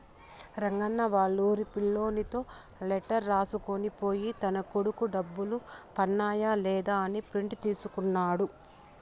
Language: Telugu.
రంగన్న వాళ్లూరి పిల్లోనితో లెటర్ రాసుకొని పోయి తన కొడుకు డబ్బులు పన్నాయ లేదా అని ప్రింట్ తీసుకున్నాడు